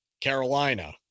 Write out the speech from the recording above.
Carolina